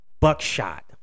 buckshot